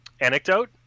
anecdote